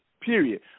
period